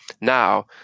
Now